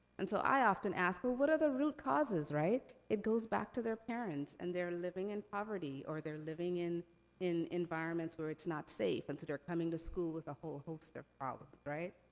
and so i often ask, well, what are the root causes, right? it goes back to their parents, and they're living in poverty, or they're living in in environments where it's not safe, and so they're coming to school with a whole host of problems, right?